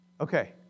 Okay